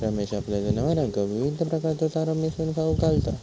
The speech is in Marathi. रमेश आपल्या जनावरांका विविध प्रकारचो चारो मिसळून खाऊक घालता